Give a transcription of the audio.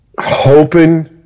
hoping